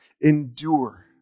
endure